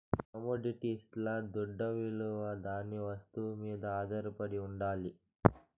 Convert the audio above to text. కమొడిటీస్ల దుడ్డవిలువ దాని వస్తువు మీద ఆధారపడి ఉండాలి